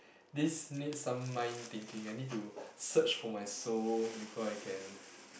this needs some mind thinking I need to search for my soul before I can